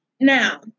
Now